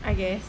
I guess